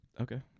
Okay